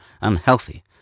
unhealthy